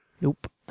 Nope